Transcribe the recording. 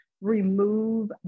remove